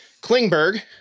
Klingberg